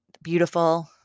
beautiful